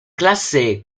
classe